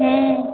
हूँ